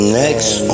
next